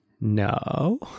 No